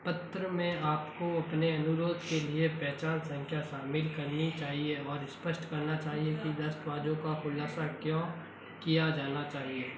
पत्र में आपको अपने अनुरोध के लिए पहचान संख्या शामिल करनी चाहिए और स्पष्ट करना चाहिए कि दस्तवाजों का खुलासा क्यों किया जाना चाहिए